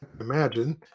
imagine